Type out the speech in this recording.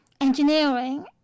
engineering